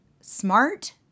smart